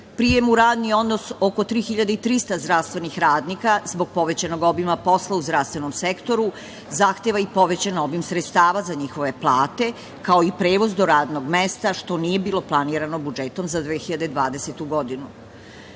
Prijem u radni odnos oko 3.300 zdravstvenih radnika, zbog povećanog obima posla u zdravstvenom sektoru, zahteva i povećan obim sredstava za njihove plate, kao i prevoz do radnog mesta što nije bilo planirano budžetom za 2020. godinu. Moram